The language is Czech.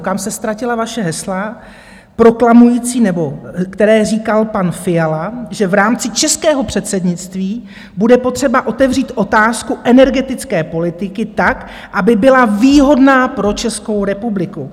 Kam se ztratila vaše hesla proklamující nebo která říkal pan Fiala že v rámci českého předsednictví bude potřeba otevřít otázku energetické politiky tak, aby byla výhodná pro Českou republiku?